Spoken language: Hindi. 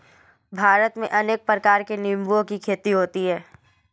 भारत में अनेक प्रकार के निंबुओं की खेती होती है